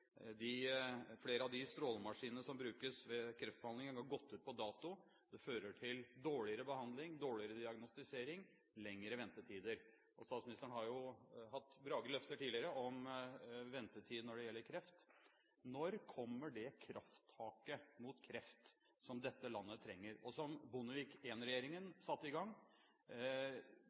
Flere av de strålemaskinene som brukes ved kreftbehandling, er gått ut på dato. Det fører til dårligere behandling, dårligere diagnostisering, lengre ventetider. Og statsministeren har jo hatt brave løfter tidligere om ventetid når det gjelder kreft. Når kommer det krafttaket mot kreft som dette landet trenger, og som Bondevik I-regjeringen satte i gang